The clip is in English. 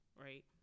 right